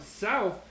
south